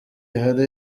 hari